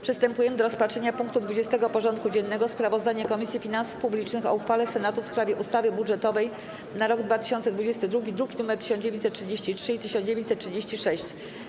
Przystępujemy do rozpatrzenia punktu 20. porządku dziennego: Sprawozdanie Komisji Finansów Publicznych o uchwale Senatu w sprawie ustawy budżetowej na rok 2022 (druki nr 1933 i 1936)